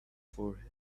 forehead